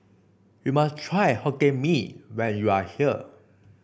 you must try Hokkien Mee when you are here